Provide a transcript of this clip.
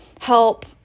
help